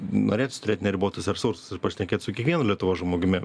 norėtųsi turėt neribotus resursus pašnekėt su kiekvienu lietuvos žmogumi